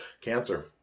cancer